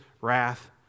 wrath